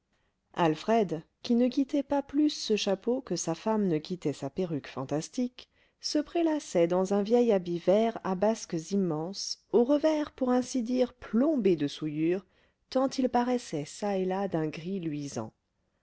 alfred qui ne quittait pas plus ce chapeau que sa femme ne quittait sa perruque fantastique se prélassait dans un vieil habit vert à basques immenses aux revers pour ainsi dire plombés de souillures tant ils paraissaient çà et là d'un gris luisant